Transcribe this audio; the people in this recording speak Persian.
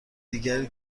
دیگری